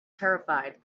terrified